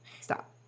stop